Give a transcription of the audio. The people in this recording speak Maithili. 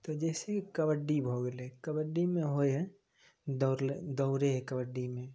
तऽ जइसे कबड्डी भऽ गेलै कबड्डीमे होइ हइ दौड़लै दौड़ै हइ कबड्डीमे